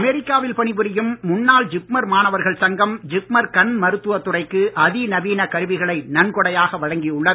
அமெரிக்காவில் பணிபுரியும் முன்னாள் ஜிப்மர் மாணவர்கள் சங்கம் ஜிப்மர் கண் மருத்துவ துறைக்கு அதிநவீன கருவிகளை நன்கொடையாக வழங்கியுள்ளது